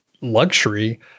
luxury